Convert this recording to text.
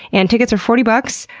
and tickets are forty bucks.